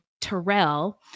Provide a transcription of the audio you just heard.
Terrell